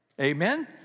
Amen